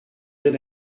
zit